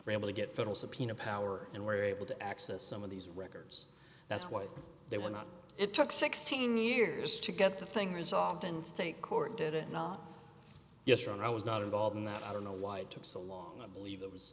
were able to get federal subpoena power and were able to access some of these records that's why they were not it took sixteen years to get the thing resolved and take court did it not yes when i was not involved in that i don't know why it took so long i believe it was